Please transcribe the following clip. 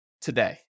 today